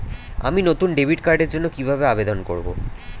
আমি নতুন ডেবিট কার্ডের জন্য কিভাবে আবেদন করব?